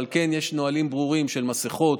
אבל כן יש נהלים ברורים של מסכות,